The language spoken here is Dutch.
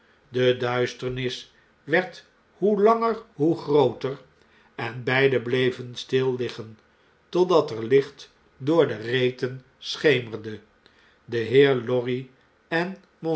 de duisternis werd hoe langer hoe grooter en beiden bleven stil liggen totdat er licht door de reten schemerde de heer lorry